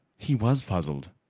he was puzzled.